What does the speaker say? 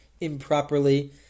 improperly